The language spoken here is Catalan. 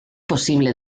possible